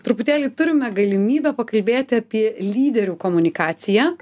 truputėlį turime galimybę pakalbėti apie lyderių komunikaciją